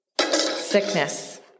Sickness